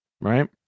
Right